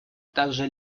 также